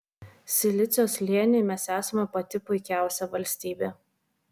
silicio slėniui mes esame pati puikiausia valstybė